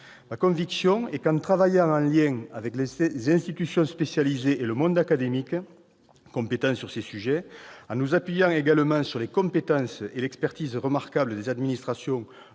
Ma conviction est que, en travaillant en lien avec les institutions spécialisées et le monde académique compétent sur ces sujets, en nous appuyant également sur les compétences et l'expertise remarquable des administrations